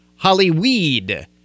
Hollyweed